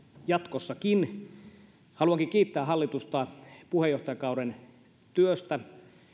jatkossakin haluankin kiittää hallitusta puheenjohtajakauden työstä